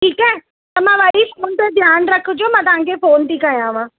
ठीकु आहे त मां वरी फोन ते ध्यानु रखजो मां तव्हांखे फोन थी कयांव